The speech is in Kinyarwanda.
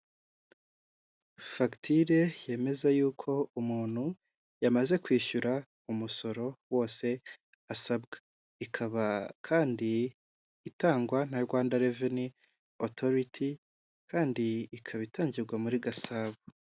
Fagitire yemeza yuko umuntu yamaze kwishyura umusoro wose asabwa. Ikaba kandi itangwa na Rwanda reveni otoriti kandi ikaba itangirwa muri Gasabo.